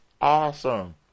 awesome